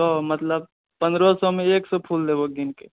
तऽ मतलब पन्द्रह सएमे एक सए फूल देबौ गिनके